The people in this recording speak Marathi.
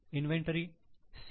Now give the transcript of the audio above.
inventory C